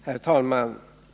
Herr talman!